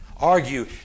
argue